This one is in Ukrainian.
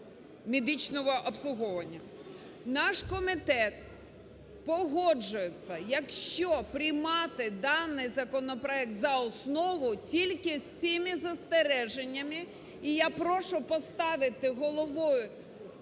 медичного обслуговування. Наш комітет погоджується, якщо приймати даний законопроект за основу тільки з цими застереженнями, і я прошу поставити головою